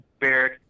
Barrett